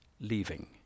leaving